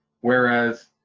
whereas